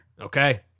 okay